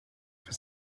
for